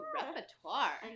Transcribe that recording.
repertoire